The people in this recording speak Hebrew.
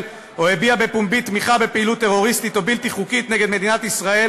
או הביע בפומבי תמיכה בפעילות טרוריסטית או בלתי חוקית נגד מדינת ישראל